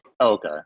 Okay